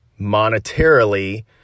monetarily